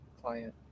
client